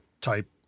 type